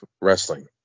wrestling